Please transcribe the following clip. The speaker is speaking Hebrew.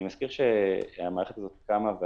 אני מזכיר שהמערכת הזאת קמה,